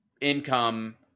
income